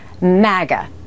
MAGA